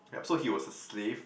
yup so he was a slave